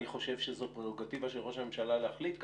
אני חושב שזאת פררוגטיבה של ראש הממשלה להחליט ככה,